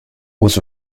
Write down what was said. was